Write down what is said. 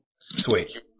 Sweet